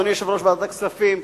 אדוני יושב-ראש ועדת הכספים,